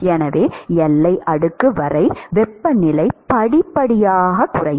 எனவே எல்லை அடுக்கு வரை வெப்பநிலை படிப்படியாகக் குறையும்